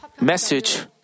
message